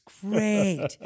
great